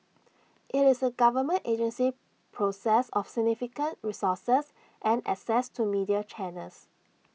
IT is A government agency possessed of significant resources and access to media channels